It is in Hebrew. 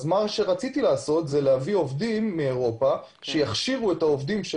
רציתי להביא עובדים מאירופה שיכשירו את העובדים,